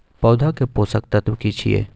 पौधा के पोषक तत्व की छिये?